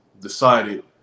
decided